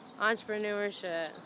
entrepreneurship